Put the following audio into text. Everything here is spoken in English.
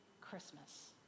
Christmas